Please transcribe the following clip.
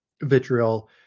vitriol